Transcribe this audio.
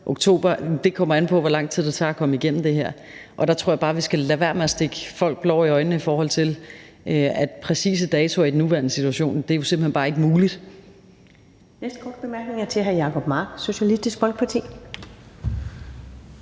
kommer an på, hvor lang tid det tager at komme igennem det her, og der tror jeg bare, at vi skal lade være med at stikke folk blår i øjnene i forhold til præcise datoer i den nuværende situation. Det er jo simpelt hen bare ikke muligt.